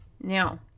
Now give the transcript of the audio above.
now